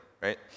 right